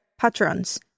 patrons